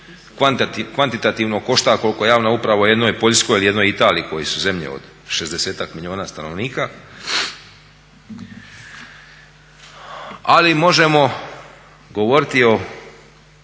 kvantitativno košta koliko javna upravu u jednoj Poljskoj ili jednoj Italiji koje su zemlje od 60-ak milijuna stanovnika ali možemo govoriti